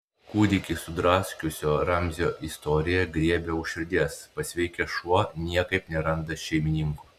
kūdikį sudraskiusio ramzio istorija griebia už širdies pasveikęs šuo niekaip neranda šeimininkų